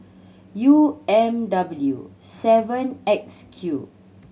U M W seven X Q